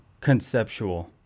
conceptual